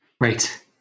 Right